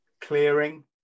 clearing